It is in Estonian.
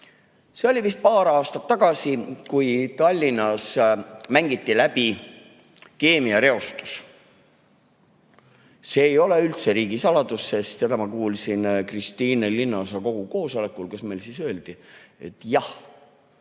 See oli vist paar aastat tagasi, kui Tallinnas mängiti läbi keemiareostus. See ei ole üldse riigisaladus, sest seda ma kuulsin Kristiine linnaosakogu koosolekul, kus meile öeldi, et 60%